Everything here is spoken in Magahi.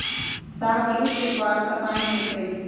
शाहबलूत के सवाद कसाइन्न होइ छइ